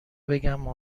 بگم